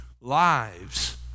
Lives